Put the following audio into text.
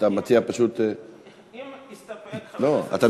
אם יסתפק חבר הכנסת זאב, בבקשה.